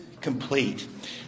complete